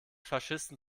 faschisten